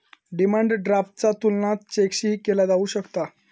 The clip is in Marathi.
डिमांड ड्राफ्टचा तुलना चेकशीही केला जाऊ शकता